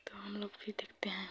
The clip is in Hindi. तो हमलोग भी देखते हैं